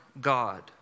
God